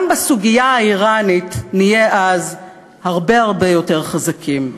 גם בסוגיה האיראנית נהיה אז הרבה הרבה יותר חזקים.